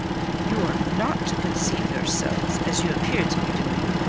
you are not to conceive yourselves, as you appear to be doing,